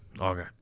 Okay